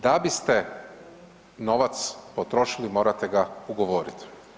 Da biste novac potrošili, morate ga ugovoriti.